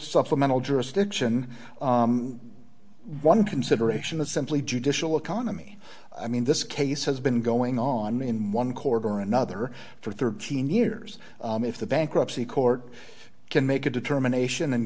supplemental jurisdiction one consideration is simply judicial economy i mean this case has been going on in one corridor or another for thirteen years if the bankruptcy court can make a determination and